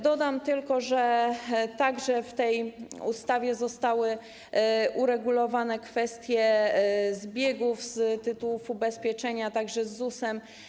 Dodam tylko, że także w tej ustawie zostały uregulowane kwestie zbiegów z tytułów ubezpieczenia z ZUS-em.